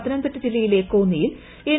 പത്തനംതിട്ട ജില്ലയിലെ ക്യോന്നിയിൽ എൻ